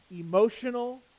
emotional